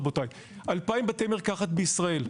רבותי: 2,000 בתי מרקחת בישראל,